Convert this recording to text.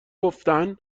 گفتن